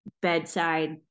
bedside